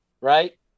right